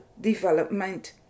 development